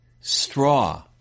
straw